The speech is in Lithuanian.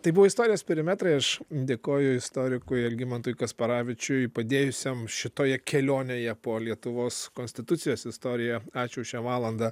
tai buvo istorijos perimetrai aš dėkoju istorikui algimantui kasparavičiui padėjusiam šitoje kelionėje po lietuvos konstitucijos istoriją ačiū šią valandą